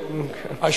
על